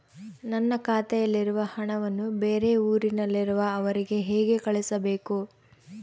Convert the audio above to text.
ನನ್ನ ಖಾತೆಯಲ್ಲಿರುವ ಹಣವನ್ನು ಬೇರೆ ಊರಿನಲ್ಲಿರುವ ಅವರಿಗೆ ಹೇಗೆ ಕಳಿಸಬೇಕು?